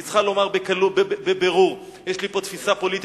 היא צריכה לומר בבירור: יש לי פה תפיסה פוליטית,